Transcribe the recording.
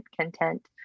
content